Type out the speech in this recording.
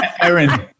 Aaron